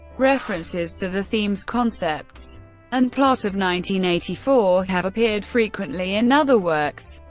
references to the themes, concepts and plot of nineteen eighty-four have appeared frequently in other works,